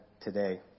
today